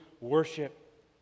worship